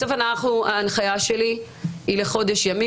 בסוף ההנחיה שלי היא לחודש ימים,